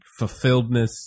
fulfilledness